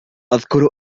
أذكر